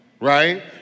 right